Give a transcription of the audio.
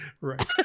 Right